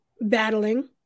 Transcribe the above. battling